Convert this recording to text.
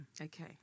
Okay